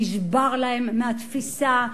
שנשבר להם מהתפיסה,